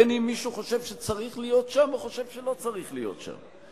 בין אם מישהו חושב שצריך להיות שם או חושב שלא צריך להיות שם,